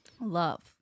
Love